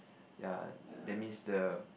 ya that means the